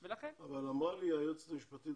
אבל אמרה לי היועצת המשפטית,